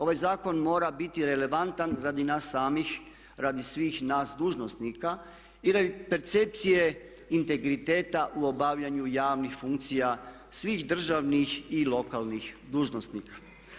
Ovaj zakon mora biti relevantan radi nas samih, radi svih nas dužnosnika i radi percepcije integriteta u obavljanju javnih funkcija svih državnih i lokalnih dužnosnika.